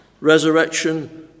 resurrection